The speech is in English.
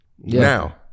Now